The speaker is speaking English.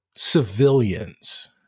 civilians